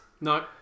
No